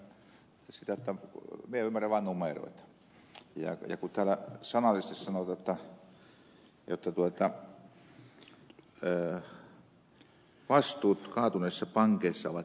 nimittäin minä en ymmärrä sitä minä ymmärrän vaan numeroita ja täällä sanallisesti sanotaan jotta vastuut kaatuneissa pankeissa ovat vähäisiä